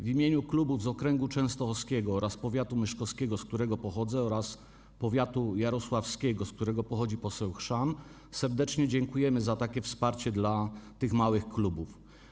W imieniu klubów z okręgu częstochowskiego oraz powiatu myszkowskiego, z którego pochodzę, oraz powiatu jarosławskiego, z którego pochodzi poseł Chrzan, serdecznie dziękujemy za takie wsparcie dla małych klubów.